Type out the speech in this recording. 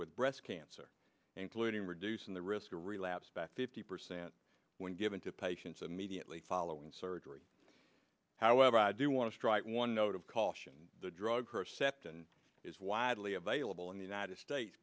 with breast cancer including reducing the risk or relapse back fifty percent when given to patients of mediately following surgery however i do want to strike one note of caution the drug herceptin is widely available in the united states